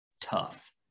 tough